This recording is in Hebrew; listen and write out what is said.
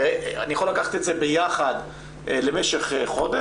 הרי אני יכול לקחת את זה ביחד למשך חודש,